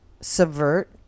subvert